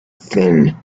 thin